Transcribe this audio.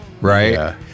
right